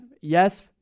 yes